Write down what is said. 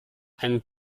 ein